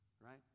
right